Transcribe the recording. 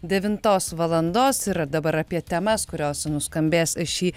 devintos valandos ir dabar apie temas kurios nuskambės šį